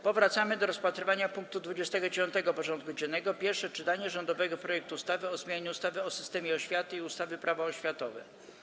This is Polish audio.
Powracamy do rozpatrzenia punktu 29. porządku dziennego: Pierwsze czytanie rządowego projektu ustawy o zmianie ustawy o systemie oświaty i ustawy Prawo oświatowe.